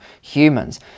humans